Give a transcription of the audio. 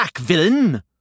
Villain